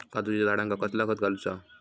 काजूच्या झाडांका कसला खत घालूचा?